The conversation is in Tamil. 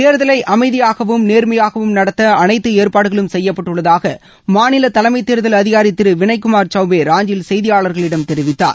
தேர்தலை அமைதியாகவும் நேர்மையாகவும் நடத்த அனைத்து அஏற்பாடுகளும் செய்யப்பட்டுள்ளதாக மாநில தலைமைத் தேர்தல் அதிகாரி திரு வினய் குமார் சவ்பே ராஞ்சியில் செய்தியாளர்களிடம் தெரிவித்தார்